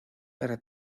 para